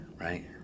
right